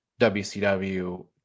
WCW